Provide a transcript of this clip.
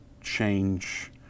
change